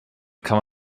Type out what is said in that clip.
kann